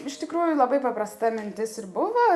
iš tikrųjų labai paprasta mintis ir buvo